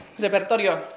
repertorio